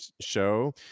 show